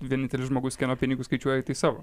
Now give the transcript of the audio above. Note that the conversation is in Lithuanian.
vienintelis žmogus kieno pinigus skaičiuoji tai savo